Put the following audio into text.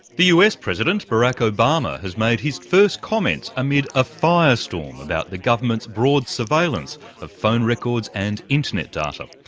the us president, barack obama, has made his first comments amid a firestorm about the government's broad surveillance of phone records and internet data.